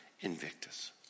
Invictus